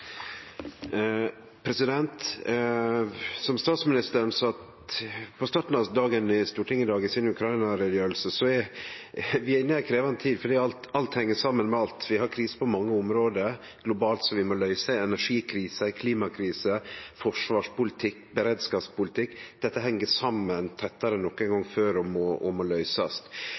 dagen i Stortinget i dag i Ukraina-utgreiinga si, er vi inne i ei krevjande tid. Alt heng saman med alt, vi har kriser på mange område globalt som vi må løyse: energikrise, klimakrise, forsvarspolitikk, beredskapspolitikk – alt dette heng tettare saman enn nokon gong før, og må løysast. I førre veke kom ein ny rapport frå OECD om